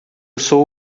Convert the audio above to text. sou